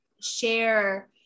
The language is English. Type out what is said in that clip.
share